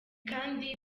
kandi